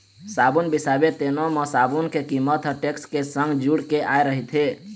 साबून बिसाबे तेनो म साबून के कीमत ह टेक्स के संग जुड़ के आय रहिथे